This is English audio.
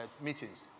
meetings